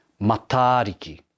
Matariki